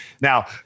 Now